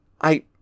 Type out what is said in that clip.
I